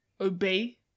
obey